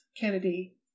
Kennedy